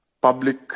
public